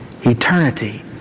Eternity